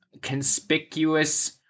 conspicuous